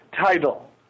title